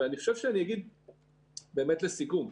ולסיכום,